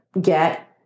get